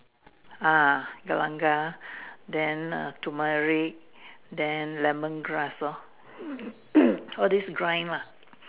ah galangal then err tumeric then lemon grass lor all this grind lah